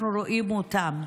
אנחנו רואים אותם.